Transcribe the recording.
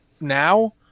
now